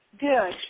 Good